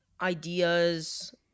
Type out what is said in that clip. ideas